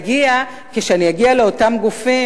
כשאגיע לאותם גופים,